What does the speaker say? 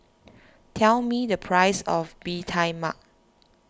tell me the price of Bee Tai Mak